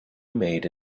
made